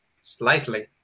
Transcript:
slightly